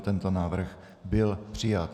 Tento návrh byl přijat.